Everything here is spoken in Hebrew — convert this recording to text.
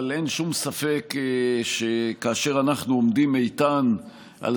אבל אין שום ספק שכאשר אנחנו עומדים איתן על